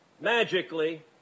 Magically